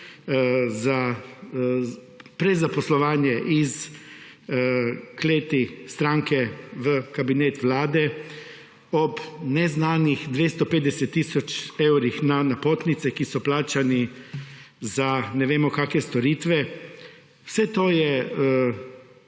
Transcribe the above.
za prezaposlovanje iz kleti stranke v kabinet vlade, ob neznanih 250 tisoč evrih na napotnice, ki so plačani za ne vemo kake storitve. Vse to je